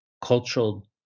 cultural